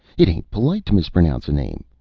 it ain't polite to mispronounce a name.